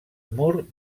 mur